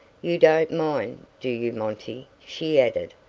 you don't mind, do you, monty, she added,